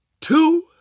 two